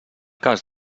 cas